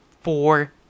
four